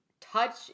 touch